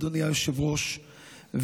אדוני היושב-ראש,